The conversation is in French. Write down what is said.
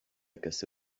cassé